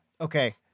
okay